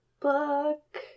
book